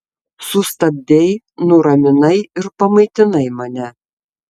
sustabdei nuraminai ir pamaitinai mane